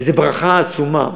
וזה ברכה עצומה,